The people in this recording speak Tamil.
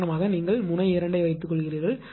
உதாரணமாக நீங்கள் முனை 2 ஐ வைத்துக்கொள்வோம்